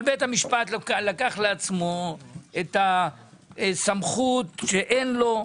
אבל בית המשפט לקח לעצמו את הסמכות שאין לו.